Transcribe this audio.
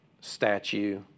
statue